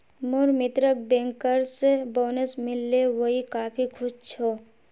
मोर मित्रक bankers bonus मिल ले वइ काफी खुश छ